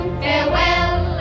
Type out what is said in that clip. farewell